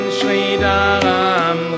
Shridaram